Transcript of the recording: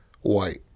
white